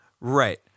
Right